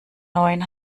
neuen